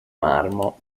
marmo